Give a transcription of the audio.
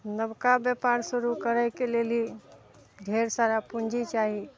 नबका व्यापार शुरू करयके लेल ही ढेर सारा पूँजी चाही